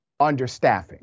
understaffing